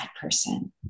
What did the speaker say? person